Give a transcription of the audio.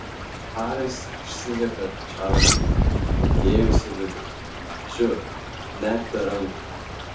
haris išsiviepė čarliui įėjus į vidų žiū net be rankų